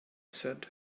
said